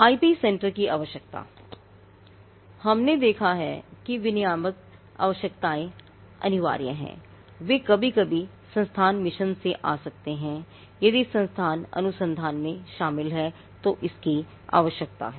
IP centre की आवश्यकता हमने देखा है कि विनियामक आवश्यकताएं अनिवार्य हैं और वे कभी कभी संस्थान मिशन से ही आ सकते हैं यदि संस्थान अनुसंधान में शामिल है तो इसकी आवश्यकता है